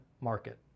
market